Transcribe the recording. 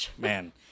man